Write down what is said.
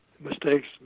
mistakes